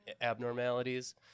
abnormalities